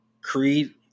Creed